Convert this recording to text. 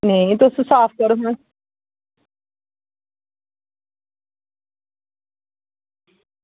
नेईं तुस साफ करो हां